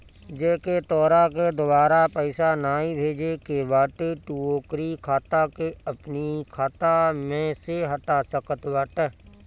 जेके तोहरा के दुबारा पईसा नाइ भेजे के बाटे तू ओकरी खाता के अपनी खाता में से हटा सकत बाटअ